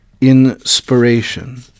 inspiration